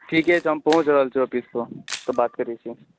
ठीके छै हम पहुँच रहल छै ऑफिस पऽ तऽ बात करै छी